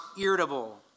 irritable